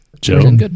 Joe